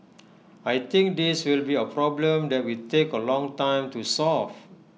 I think this will be A problem that will take A long time to solve